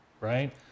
right